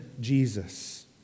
Jesus